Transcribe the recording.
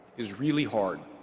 is really hard,